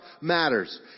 matters